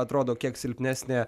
atrodo kiek silpnesnė